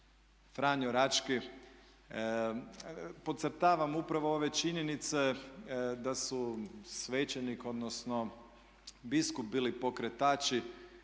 Franjo Rački, podcrtavam upravo ove činjenice da su svećenik odnosno biskup bili pokretači